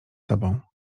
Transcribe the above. sobą